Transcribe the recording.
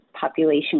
population